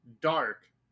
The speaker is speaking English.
dark